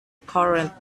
current